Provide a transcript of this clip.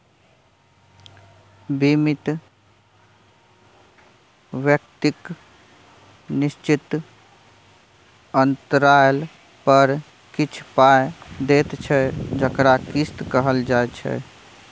बीमित व्यक्ति निश्चित अंतराल पर किछ पाइ दैत छै जकरा किस्त कहल जाइ छै